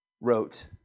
wrote